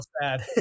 sad